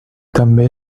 també